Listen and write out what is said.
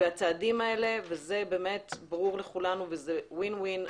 זה ברור לכולנו שזה win-win,